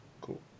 Cool